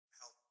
help